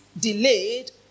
delayed